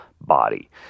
Body